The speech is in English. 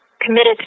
committed